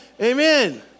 Amen